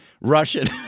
Russian